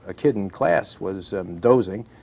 ah kid in class was dozing.